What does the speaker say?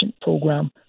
program